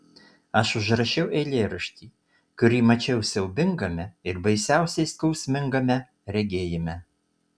aš užrašiau eilėraštį kurį mačiau siaubingame ir baisiausiai skausmingame regėjime